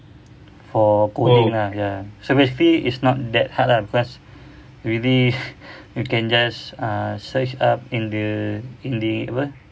for coding ah ya so basically it's not that hard lah because really we can just uh search up in the in the apa